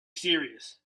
serious